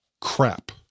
crap